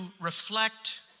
reflect